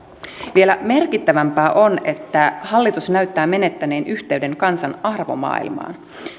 vielä merkittävämpää on että hallitus näyttää menettäneen yhteyden kansan arvomaailmaan